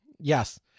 Yes